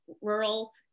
rural